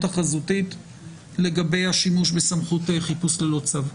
החזותית לגבי השימוש בסמכות חיפוש ללא צו.